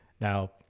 Now